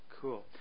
Cool